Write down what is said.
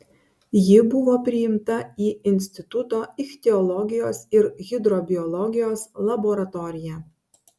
ji buvo priimta į instituto ichtiologijos ir hidrobiologijos laboratoriją